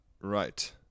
Right